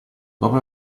dopo